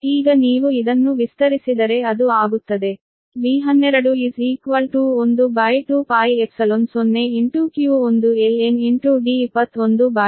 ಅಂದರೆ k 1 ಕ್ಕೆ ಸಮನಾಗಿದ್ದರೆ ಅದು d1m ಆಗಿದೆ I 2 ಕ್ಕೆ ಸಮನಾಗಿದ್ದರೆ ಅದು d2m ಸರಿ